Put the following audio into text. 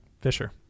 Fisher